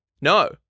No